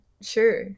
sure